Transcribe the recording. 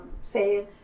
say